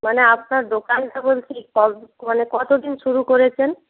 মানে আপনার দোকানটা বলছি মানে কত দিন শুরু করেছেন